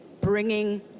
bringing